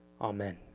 Amen